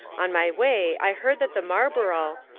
on my way i heard that the marlboro',